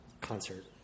Concert